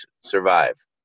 survive